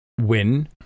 win